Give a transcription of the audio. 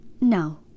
no